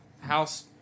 house